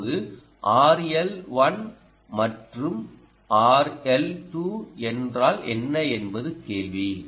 இப்போது RL1 மற்றும் RL2 என்றால் என்ன என்பது கேள்வி